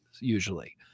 usually